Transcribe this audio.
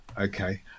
Okay